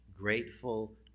grateful